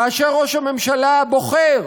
כאשר ראש הממשלה בוחר